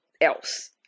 else